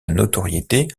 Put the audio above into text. notoriété